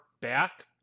back